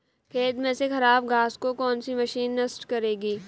खेत में से खराब घास को कौन सी मशीन नष्ट करेगी?